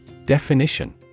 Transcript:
Definition